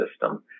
system